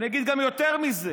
אני אגיד גם יותר מזה,